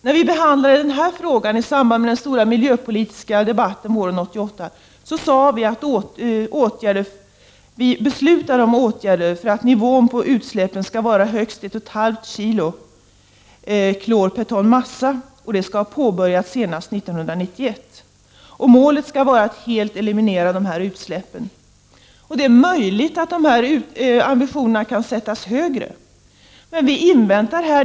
När vi behandlade frågan i samband med den stora miljöpolitiska debatten våren 1988 beslutade vi om åtgärder för att nivån på utsläppen skulle uppgå till högst 1,5 kilo klor per ton massa. Åtgärderna = Prot. 1989/90:36 skall vara vidtagna senast 1991. Målet är att utsläppen helst skall elimineras. 30 november 1990 Det är möjligt att ambitionerna kan sättas högre, men vi väntar på besked.